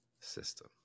system